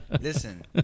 Listen